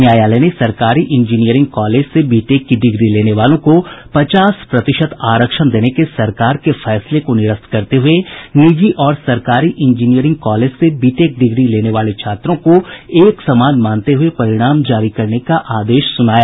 न्यायालय ने सरकारी इंजीनियरिंग कॉलेज से बी टेक की डिग्री लेने वालों को पचास प्रतिशत आरक्षण देने के सरकार के फैसले को निरस्त करते हये निजी और सरकारी इंजीनियरिंग कॉलेज से बी टेक डिग्री लेने वाले छात्रों को एक समान मानते हुये परिणाम जारी करने का आदेश सुनाया